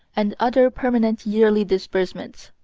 and other permanent yearly disbursements.